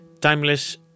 timeless